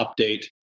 update